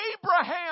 Abraham